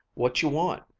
what ye want?